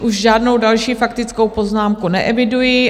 Už žádnou další faktickou poznámku neeviduji.